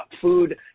food